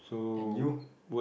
and you